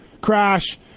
crash